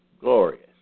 glorious